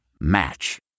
Match